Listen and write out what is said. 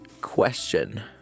question